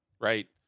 right